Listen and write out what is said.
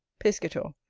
piscator.